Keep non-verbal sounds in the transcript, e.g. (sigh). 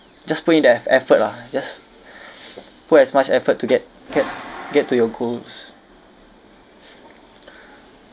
just put in the ef~ effort lah just (breath) put as much effort to get get get to your goals (breath)